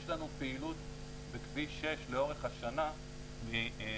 יש לנו פעילות בכביש 6 לאורך השנה שאנחנו